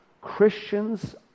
Christians